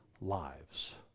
lives